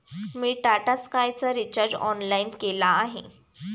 मी टाटा स्कायचा recharge online केला आहे